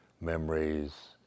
memories